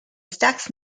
stax